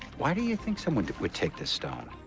why do you think someone would take this stone?